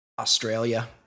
Australia